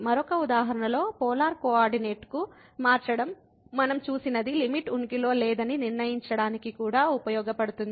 మరొక ఉదాహరణలో పోలార్ కోఆర్డినేట్కు మార్చడం మనం చూసినది లిమిట్ ఉనికిలో లేదని నిర్ణయించడానికి కూడా ఉపయోగపడుతుంది